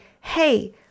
hey